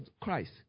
Christ